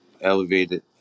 elevated